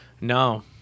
No